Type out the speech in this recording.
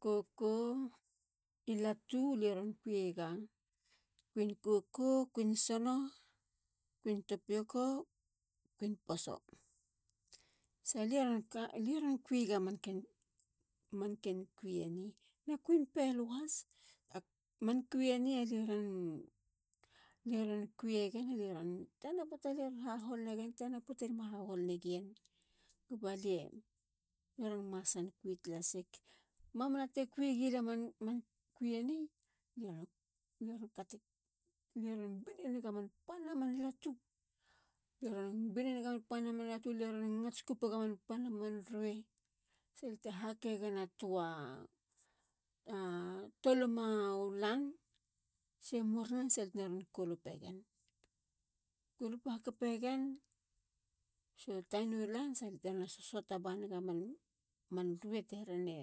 Koko i latu lie ron kui yega. kuin koko. kuin sono. kuin topioko. kuin poso. salia ron kuiga manken kui eni. na kuin pelu has. man kui eni alie ron. lie ron kuiyegen alieron. poata lie ron hahol negen. tana poata lie ma hahol negien. kaba lie ron. lie ron masan kui talasik. mamina te kui gilia. man kui eni lie ronkateg. lie ron bininiga man pana man latu. lie ron bininiga man pana man latu. le ron ngats kupega man pana man rue. salia te hakegena a tua a tolima u lan. se murinen salia tena ron susuata banega man. man rue te herena